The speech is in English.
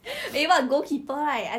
ya now boyfriend don't let